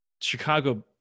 Chicago